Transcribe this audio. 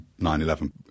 9-11